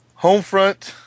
Homefront